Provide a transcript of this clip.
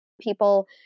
People